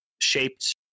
shaped